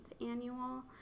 annual